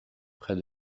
près